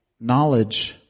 knowledge